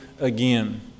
again